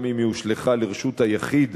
גם אם היא הושלכה לרשות היחיד.